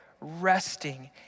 resting